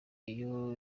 iyo